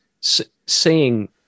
seeing